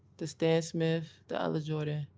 the stan smith, the other jordan.